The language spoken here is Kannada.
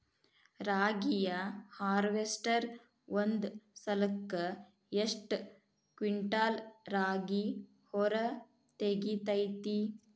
ರಾಗಿಯ ಹಾರ್ವೇಸ್ಟರ್ ಒಂದ್ ಸಲಕ್ಕ ಎಷ್ಟ್ ಕ್ವಿಂಟಾಲ್ ರಾಗಿ ಹೊರ ತೆಗಿತೈತಿ?